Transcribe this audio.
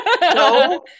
no